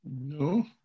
No